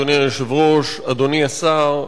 אדוני היושב-ראש, אדוני השר,